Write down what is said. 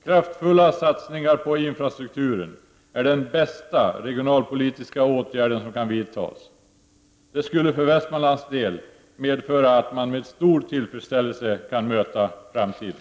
Kraftfulla satsningar på infrastrukturen är den bästa regionalpolitiska åtgärd som kan vidtas. Det skulle för Västmanlands del medföra att man med stor tillfredsställelse kunde möta framtiden.